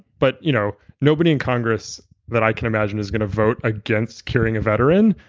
but you know nobody in congress that i can imagine is going to vote against curing a veteran,